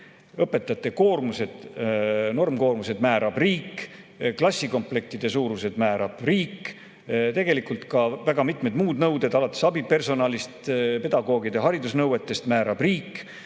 õpetajate normkoormused määrab riik, klassikomplektide suurused määrab riik, tegelikult ka väga mitmed muud nõuded, alates abipersonalist ja pedagoogide haridusnõuetest, määrab riik.